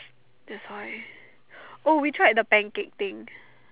that's why oh we tried the pancake thing